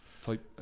Type